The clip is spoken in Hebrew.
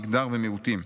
מגדר ומיעוטים,